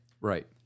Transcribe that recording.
Right